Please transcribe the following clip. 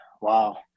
wow